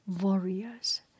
warriors